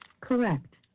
Correct